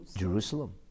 Jerusalem